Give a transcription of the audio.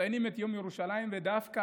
מציינים את יום ירושלים, ודווקא